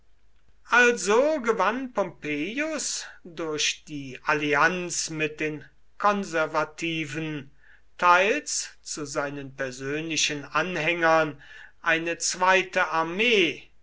also gewann pompeius durch die allianz mit den konservativen teils zu seinen persönlichen anhängern eine zweite armee